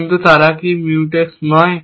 কিন্তু তারা কি মিউটেক্স নয়